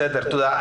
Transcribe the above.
תודה.